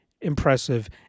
impressive